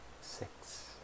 six